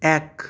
এক